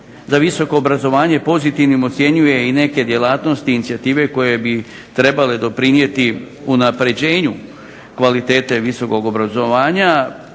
za visoko obrazovanje pozitivnim ocjenjuje i neke djelatnosti i inicijative koje bi trebale doprinijeti unapređenju kvalitete visokog obrazovanja.